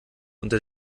unter